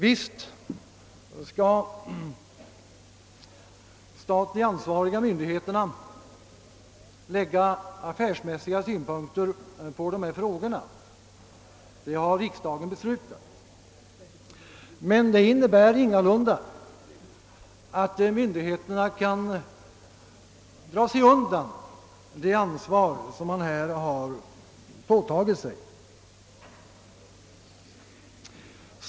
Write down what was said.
Visst skall statens ansvariga myndigheter lägga affärsmässiga synpunkter på dessa frågor, det har riksdagen beslutat, men det innebär ingalunda att myndigheterna kan dra sig undan det ansvar man påtagit sig.